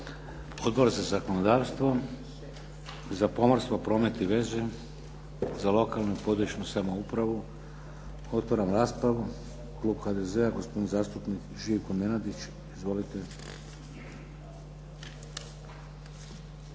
Odbor za zakonodavstvo? Za pomorstvo, promet i veze? Za lokalnu i područnu samoupravu? Otvaram raspravu. Klub HDZ-a, gospodin zastupnik Živko Nenadić. Izvolite.